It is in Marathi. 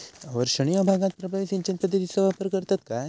अवर्षणिय भागात प्रभावी सिंचन पद्धतीचो वापर करतत काय?